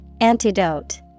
Antidote